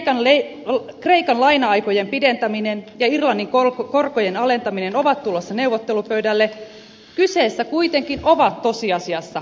nyt kun kreikan laina aikojen pidentäminen ja irlannin korkojen alentaminen ovat tulossa neuvottelupöydälle kyseessä kuitenkin ovat tosiasiassa velkasaneeraustoimet